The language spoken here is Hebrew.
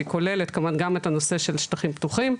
שהיא כוללת כמובן גם את הנושא של שטחים פתוחים,